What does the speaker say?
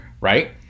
right